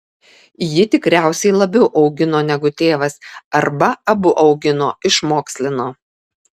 ji tikriausiai labiau augino negu tėvas arba abu augino išmokslino